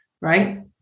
Right